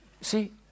see